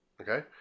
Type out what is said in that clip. Okay